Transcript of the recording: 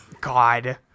god